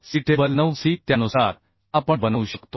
C table 9 C त्यानुसार आपण बनवू शकतो